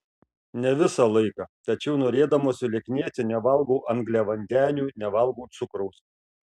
ne visą laiką tačiau norėdama sulieknėti nevalgau angliavandenių nevalgau cukraus